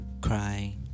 cry